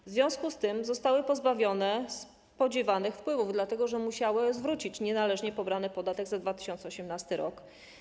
W związku z tym zostały pozbawione spodziewanych wpływów, dlatego że musiały zwrócić nienależnie pobrany podatek za 2018 r.